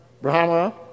Brahma